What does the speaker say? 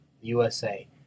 USA